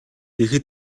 ихэд